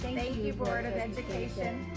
and you board of education.